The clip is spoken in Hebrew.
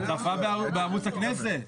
הוא צפה בערוץ הכנסת.